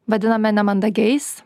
vadiname nemandagiais